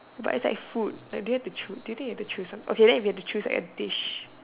but it's like food like do you have to choose do you think we have to choose some okay then you have to choose a dish